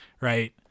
right